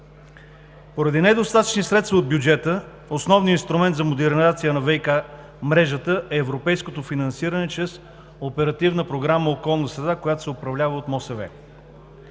Поради недостатъчни средства от бюджета основният инструмент за модернизация на ВиК мрежата е европейското финансиране чрез Оперативна програма „Околна среда“, която се управлява от